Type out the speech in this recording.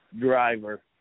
driver